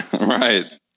Right